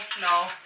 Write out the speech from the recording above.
no